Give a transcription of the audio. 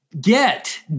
get